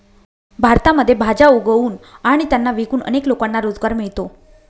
भारतामध्ये भाज्या उगवून आणि त्यांना विकून अनेक लोकांना रोजगार मिळतो